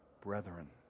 brethren